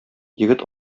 егет